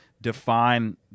define